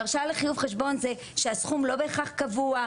והרשאה לחיוב חשבון זה שהסכום לא בהכרח קבוע,